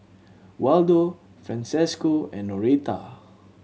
Waldo Francesco and Noreta